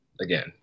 Again